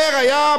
אגב,